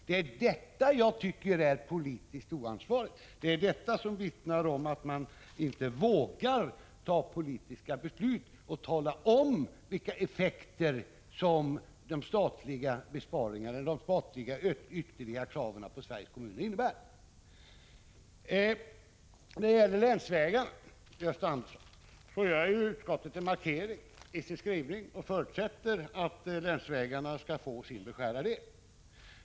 Det är detta jag tycker är politiskt oansvarigt, och det vittnar om att ni inte vågar fatta politiska beslut och tala om vad statens ytterligare krav på kommunerna innebär. När det gäller länsvägarna, Gösta Andersson, gör utskottet en markering i sin skrivning. Utskottet förutsätter att länsvägarna skall få sin beskärda del.